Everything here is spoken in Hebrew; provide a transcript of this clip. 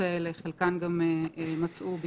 לפי המלצת הוועדה,